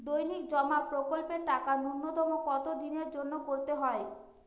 দৈনিক জমা প্রকল্পের টাকা নূন্যতম কত দিনের জন্য করতে হয়?